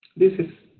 this is